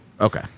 Okay